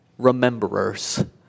rememberers